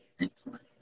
excellent